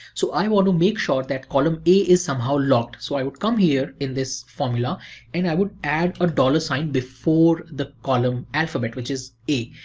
so i want to make sure that column a is somehow locked. so i would come here in this formula and i would add a dollar sign before the column alphabet, which is a,